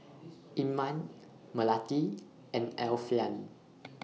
Iman Melati and Alfian